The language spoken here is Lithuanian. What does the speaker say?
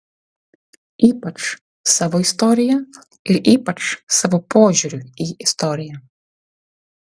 ypač savo istorija ir ypač savo požiūriu į istoriją